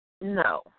No